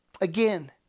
Again